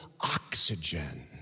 oxygen